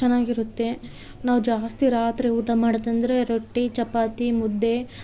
ಚೆನ್ನಾಗಿರುತ್ತೆ ನಾವು ಜಾಸ್ತಿ ರಾತ್ರಿ ಊಟ ಮಾಡೋದಂದರೆ ರೊಟ್ಟಿ ಚಪಾತಿ ಮುದ್ದೆ